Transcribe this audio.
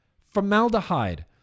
formaldehyde